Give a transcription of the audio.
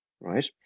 right